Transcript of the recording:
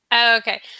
Okay